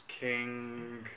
King